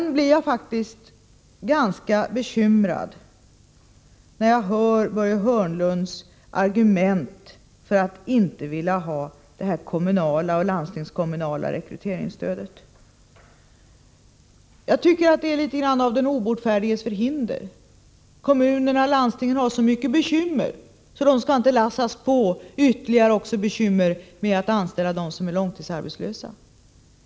Jag blir faktiskt ganska bekymrad när jag hör Börje Hörnlunds argument för att inte vilja ha det kommunala och landstingskommunala rekryteringsstödet. Jag tycker att hans sätt att argumentera är något av den obotfärdiges förhinder. Kommunerna och landstingen har så mycket bekymmer, säger han, att de inte skall lastas på ytterligare bekymmer med att behöva anställa dem som är långtidsarbetslösa.